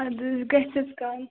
اَدٕ حظ گَژھٮ۪س کَم